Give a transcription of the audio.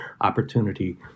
opportunity